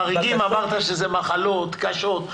חריגים אמרת שזה מחלות קשות,